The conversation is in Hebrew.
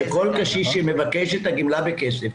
שכל קשיש שיבקש את הגימלה בכסף,